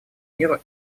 миру